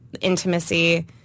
intimacy